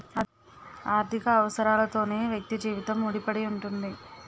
ఆర్థిక అవసరాలతోనే వ్యక్తి జీవితం ముడిపడి ఉంటుంది